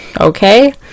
okay